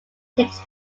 takes